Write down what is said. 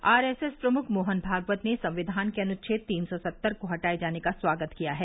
are S S प्रमुख मोहन भागवत ने संविधान के अनुच्छेद तीन सौ सत्तर को हटाये जाने का स्वागत किया है